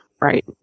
Right